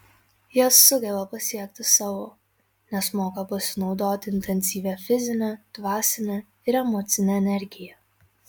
jie sugeba pasiekti savo nes moka pasinaudoti intensyvia fizine dvasine ir emocine energija